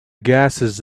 gases